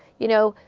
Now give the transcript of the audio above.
you know,